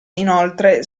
inoltre